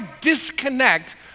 disconnect